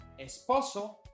Esposo